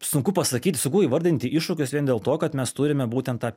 sunku pasakyt sunku įvardinti iššūkius vien dėl to kad mes turime būtent tą